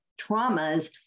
traumas